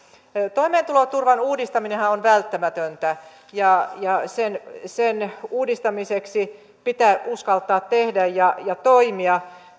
toimeentuloturvan uudistaminenhan on on välttämätöntä ja ja sen sen uudistamiseksi pitää uskaltaa tehdä ja toimia